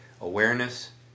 awareness